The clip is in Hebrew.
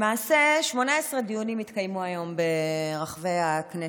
למעשה, 18 דיונים התקיימו היום ברחבי הכנסת.